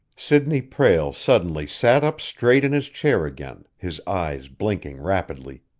sidney prale suddenly sat up straight in his chair again, his eyes blinking rapidly.